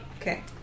Okay